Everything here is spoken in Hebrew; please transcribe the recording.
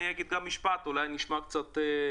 אני אומר משפט שאולי נשמע כאמירה